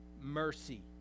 mercy